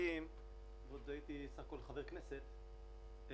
עסקים הייתי בסך הכול חבר כנסת --- עדיין.